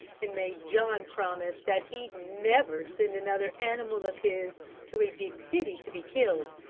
and made john promise that he'd never send another animal of his to a big city to be killed.